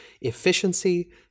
Efficiency